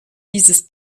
dieses